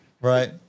Right